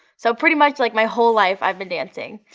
so pretty much like my whole life i've been dancing.